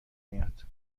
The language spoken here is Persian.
میاد